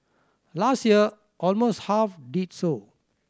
last year almost half did so